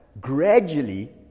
gradually